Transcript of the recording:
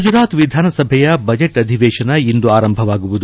ಗುಜರಾತ್ ವಿಧಾನಸಭೆಯ ಬಜೆಟ್ ಅಧಿವೇಶನ ಇಂದು ಆರಂಭಗೊಳ್ಳಲಿದೆ